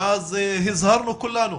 ואז הזהרנו כולנו